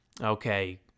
okay